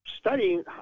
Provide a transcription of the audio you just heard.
studying